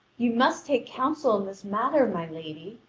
you must take counsel in this matter, my lady,